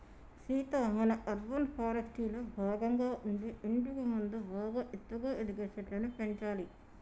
సీత మనం అర్బన్ ఫారెస్ట్రీలో భాగంగా ఉండి ఇంటికి ముందు బాగా ఎత్తుగా ఎదిగే చెట్లను పెంచాలి